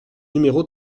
numéro